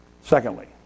Secondly